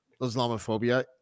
islamophobia